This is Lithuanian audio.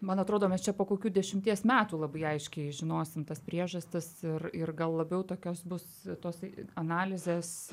man atrodo mes čia po kokių dešimties metų labai aiškiai žinosim tas priežastis ir ir gal labiau tokios bus tos analizės